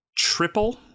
triple